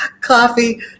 Coffee